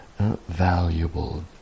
valuable